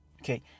Okay